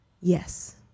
Yes